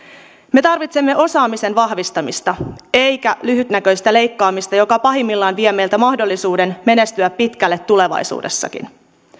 me tarvitsemme osaamisen vahvistamista eikä lyhytnäköistä leikkaamista joka pahimmillaan vie meiltä mahdollisuuden menestyä pitkällä tulevaisuudessakin